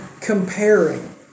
comparing